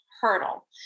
hurdle